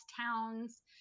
towns